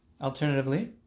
Alternatively